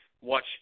watch